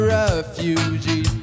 refugee